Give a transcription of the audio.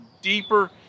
deeper